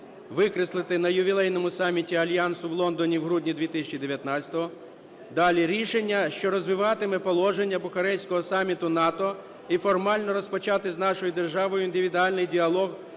(викреслити "на ювілейному саміті Альянсу в Лондоні в грудні 2019-го"). Далі: "рішення, що розвиватиме положення Бухарестського саміту НАТО і формально розпочати з нашою державою індивідуальний діалог